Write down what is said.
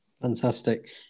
Fantastic